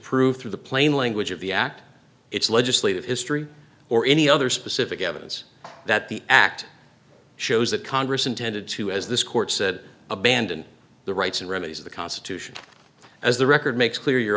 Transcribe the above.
prove through the plain language of the act its legislative history or any other specific evidence that the act shows that congress intended to as this court said abandon the rights and remedies of the constitution as the record makes clear your